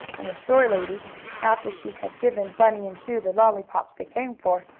and the store-lady, after she had given bunny and sue the lollypops they came for,